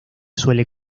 suele